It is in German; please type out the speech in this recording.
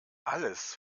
alles